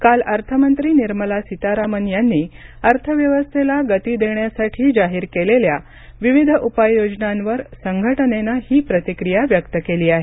काल अर्थमंत्री निर्मला सीतारामन यांनी अर्थव्यवस्थेला गती देण्यासाठी जाहीर केलेल्या विविध उपाययोजनांवर संघटनेनं ही प्रतिक्रिया व्यक्त केली आहे